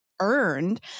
earned